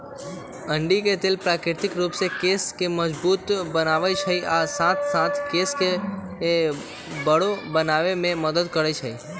अंडी के तेल प्राकृतिक रूप से केश के मजबूत बनबई छई आ साथे साथ केश के बरो बनावे में मदद करई छई